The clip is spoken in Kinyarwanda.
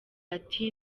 ati